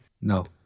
No